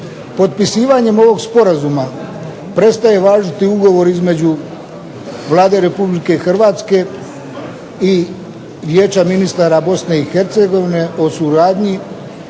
Potpisivanjem ovog sporazuma prestaje važiti ugovor između Vlade Republike Hrvatske i Vijeća ministara Bosne i Hercegovine o suradnji